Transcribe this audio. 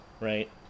right